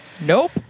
Nope